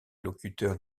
locuteurs